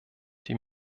die